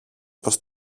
πως